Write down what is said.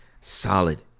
solid